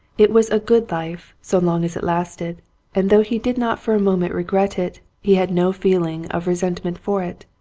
it was a good life so long as it lasted and though he did not for a moment regret it, he had no feeling of resentment for it.